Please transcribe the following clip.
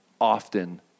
often